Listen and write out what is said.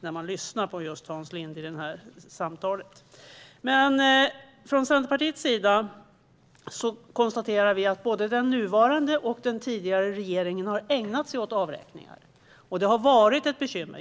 när man lyssnar på Hans Linde i det här samtalet. Från Centerpartiets sida konstaterar vi att både den nuvarande och den tidigare regeringen har ägnat sig åt avräkningar. Det har varit ett bekymmer.